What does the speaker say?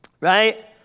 Right